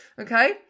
Okay